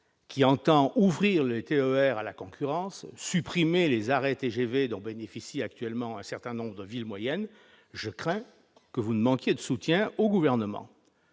qui entend ouvrir les TER à la concurrence et supprimer les arrêts TGV dont bénéficient actuellement un certain nombre de villes moyennes, je crains que vous ne manquiez de soutien au sein du Gouvernement